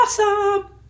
awesome